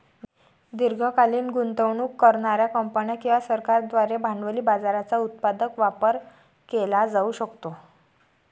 दीर्घकालीन गुंतवणूक करणार्या कंपन्या किंवा सरकारांद्वारे भांडवली बाजाराचा उत्पादक वापर केला जाऊ शकतो